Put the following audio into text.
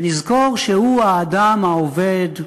ונזכור שהוא האדם העובד,